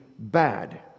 Bad